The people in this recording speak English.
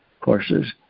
courses